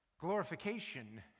glorification